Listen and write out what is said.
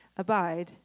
Abide